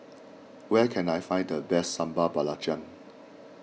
where can I find the best Sambal Belacan